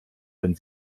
wenn